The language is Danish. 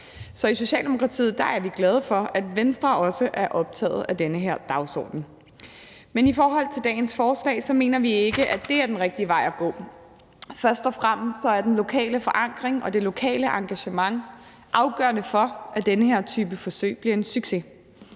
Så i Socialdemokratiet er vi glade for, at Venstre også er optaget af den her dagsorden. Men vi mener ikke, at dagens forslag er den rigtige vej at gå. Først og fremmest er den lokale forankring og det lokale engagement afgørende for, at den her type forsøg bliver en succes.